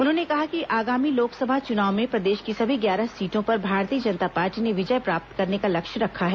उन्होंने कहा कि आगामी लोकसभा चुनाव में प्रदेश की सभी ग्यारह सीटों पर भारतीय जनता पार्टी ने विजय प्राप्त करने का लक्ष्य रखा है